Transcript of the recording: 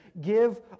give